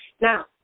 Now